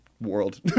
world